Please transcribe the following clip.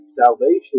salvation